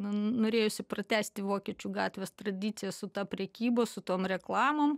norėjosi pratęsti vokiečių gatvės tradicijas su ta prekybos su tom reklamom